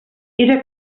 era